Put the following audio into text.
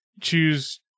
choose